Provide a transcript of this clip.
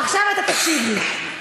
עכשיו אתה תקשיב לי.